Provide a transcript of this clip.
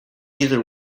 either